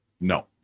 no